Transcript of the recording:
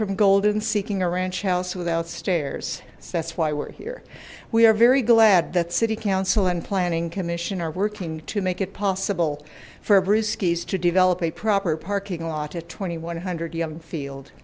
from golden seeking a ranch house without stairs that's why we're here we are very glad that city council and planning commission are working to make it possible for brewskis to develop a proper parking lot at two thousand one hundred young field